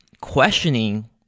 questioning